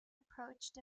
approached